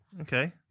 okay